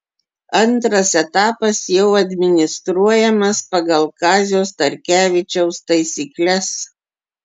antras etapas jau administruojamas pagal kazio starkevičiaus taisykles